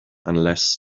unless